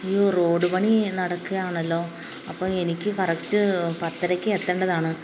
ഈ റോഡ് പണി നടക്കുകയാണല്ലോ അപ്പോള് എനിക്ക് കറക്റ്റ് പത്തരയ്ക്ക് എത്തേണ്ടതാണ്